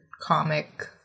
comic